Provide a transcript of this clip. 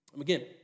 Again